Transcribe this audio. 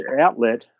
outlet